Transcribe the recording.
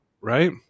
right